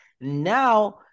Now